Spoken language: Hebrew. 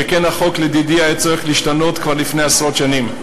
שכן החוק לדידי היה צריך להשתנות כבר לפני עשרות שנים.